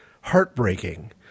heartbreaking